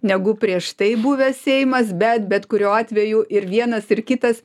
negu prieš tai buvęs seimas bet bet kuriuo atveju ir vienas ir kitas